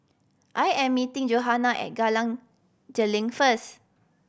I am meeting Johanna at first